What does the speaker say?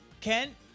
Ken